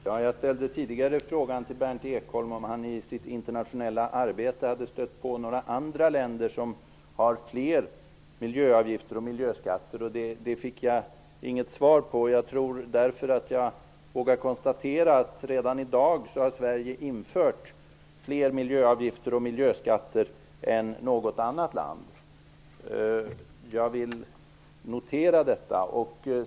Herr talman! Jag ställde tidigare en fråga till Berndt Ekholm om han i sitt internationella arbete hade stött på några länder som har fler miljöavgifter och miljöskatter än vad Sverige har. Den frågan fick jag inget svar på. Jag vågar därför konstatera att i dag har Sverige infört fler miljöavgifter och miljöskatter än något annat land. Jag vill notera detta.